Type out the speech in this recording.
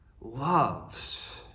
loves